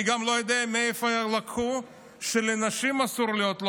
אני גם לא יודע מאיפה הסיקו שלנשים אסור להיות לוחמות.